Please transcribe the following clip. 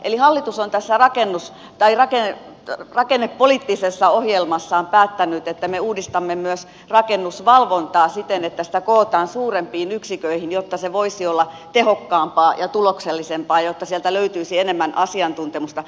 eli hallitus on tässä rakennepoliittisessa ohjelmassaan päättänyt että me uudistamme myös rakennusvalvontaa siten että sitä kootaan suurempiin yksiköihin jotta se voisi olla tehokkaampaa ja tuloksellisempaa ja jotta sieltä löytyisi enemmän asiantuntemusta